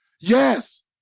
Yes